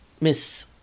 Miss